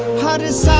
heart is